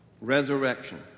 Resurrection